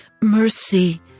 Mercy